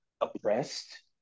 oppressed